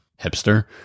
hipster